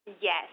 Yes